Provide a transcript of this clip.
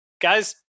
guys